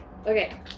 Okay